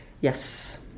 Yes